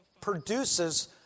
produces